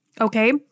okay